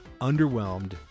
underwhelmed